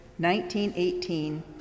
1918